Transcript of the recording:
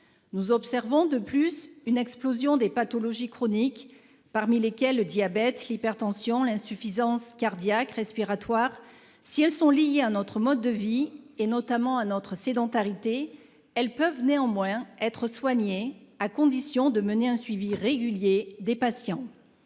Nous observons de plus une explosion des pathologies chroniques, parmi lesquels le diabète, l'hypertension, l'insuffisance cardiaque, respiratoire. Si elles sont liées à notre mode de vie et notamment à notre sédentarité elles peuvent néanmoins être soignées à condition de mener un suivi régulier des patients.